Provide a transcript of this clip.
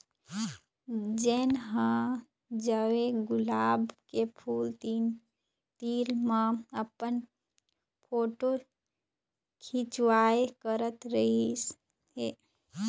जेन ह जावय गुलाब के फूल तीर म अपन फोटू खिंचवाबे करत रहिस हे